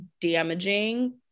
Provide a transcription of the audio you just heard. damaging